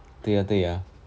对 lor 对 ah